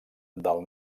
del